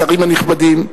השרים הנכבדים,